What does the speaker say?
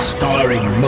Starring